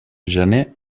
gener